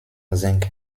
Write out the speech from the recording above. zinc